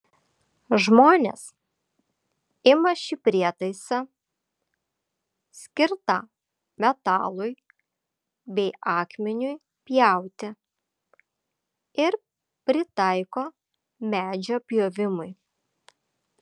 žmonės ima šį prietaisą skirtą metalui bei akmeniui pjauti ir pritaiko medžio pjovimui